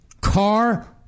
Car